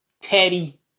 Teddy